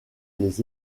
les